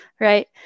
Right